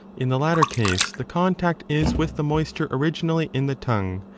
in the, latter case the contact is with the moisture originally in the tongue,